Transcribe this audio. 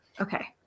okay